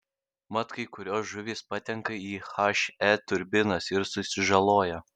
mat kai kurios žuvys patenka į he turbinas ir susižaloja